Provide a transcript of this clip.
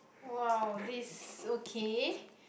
!wow! this okay